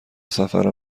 سفر